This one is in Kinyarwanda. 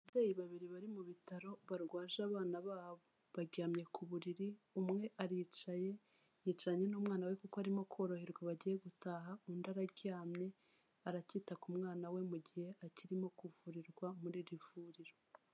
Ababyeyi babiri bari mu bitaro barwaje abana babo, baryamye ku buriri umwe aricaye, yicaranye n'umwana we kuko arimo koroherwa bagiye gutaha, undi araryamye aracyita ku mwana we mu gihe akirimo kuvurirwa muri iri vuriro.